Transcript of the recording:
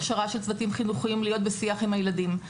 והכשרה של צוותים חינוכיים להיות בשיח עם הילדים.